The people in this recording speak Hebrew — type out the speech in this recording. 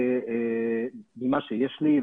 לפחות ממה שיש לי,